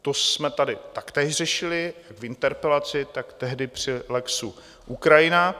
To jsme tady taktéž řešili jak v interpelaci, tak tehdy při lexu Ukrajina.